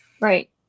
right